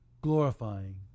glorifying